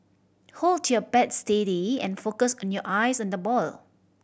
hold your bat steady and focus on your eyes on the ball